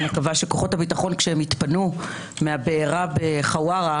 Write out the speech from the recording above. אני מקווה שכוחות הביטחון כשיתפנו מהבערה בחווארה